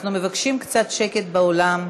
אנחנו מבקשים קצת שקט באולם,